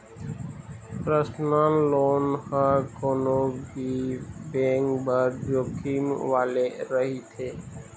personal loan ह कोनो भी बेंक बर जोखिम वाले रहिथे